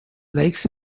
lakes